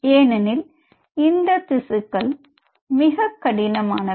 ஏனெனில் இந்த திசுக்கள் மிக கடினமானவை